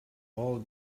all